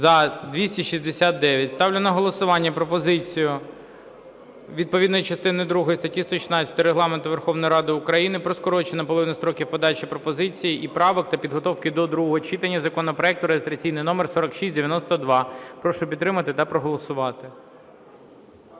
За-269 Ставлю на голосування пропозицію: відповідно частини другої статті 116 Регламенту Верховної Ради України про скорочення наполовину строків подачі пропозицій і правок та підготовки до другого читання законопроекту (реєстраційний номер 4692). Прошу підтримати та проголосувати.